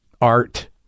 art